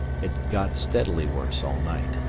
it got steadily worse all night,